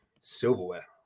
silverware